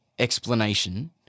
explanation